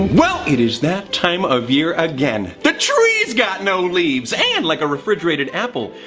well! it is that time of year again, the trees got no leaves! and like a refrigerated apple,